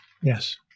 Yes